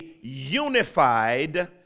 unified